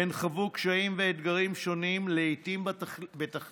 הן חוו קשיים ואתגרים שונים, לעיתים בתכלית,